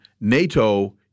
NATO